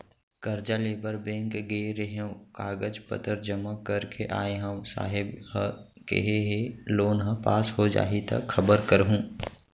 करजा लेबर बेंक गे रेहेंव, कागज पतर जमा कर के आय हँव, साहेब ह केहे हे लोन ह पास हो जाही त खबर करहूँ